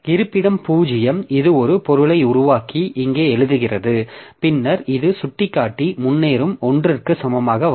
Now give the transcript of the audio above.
இருப்பிடம் 0 இது ஒரு பொருளை உருவாக்கி இங்கே எழுதுகிறது பின்னர் இது சுட்டிக்காட்டி முன்னேறும் 1 க்கு சமமாக வரும்